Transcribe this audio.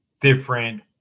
different